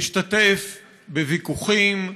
משתתף בוויכוחים,